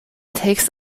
takes